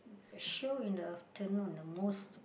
show in the afternoon the most